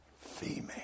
female